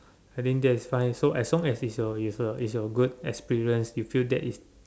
I think that is fine so as long as it's your it's your it's your good experience you feel that is